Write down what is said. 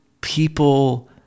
people